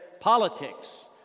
politics